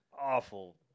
Awful